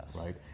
right